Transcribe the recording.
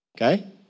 okay